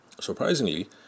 surprisingly